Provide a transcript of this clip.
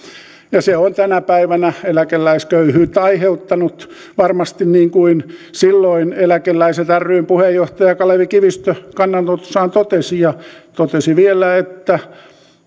se on tänä päivänä eläkeläisköyhyyttä aiheuttanut varmasti niin kuin silloin eläkeläiset ryn puheenjohtaja kalevi kivistö kannanotossaan totesi ja totesi vielä että